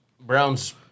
Browns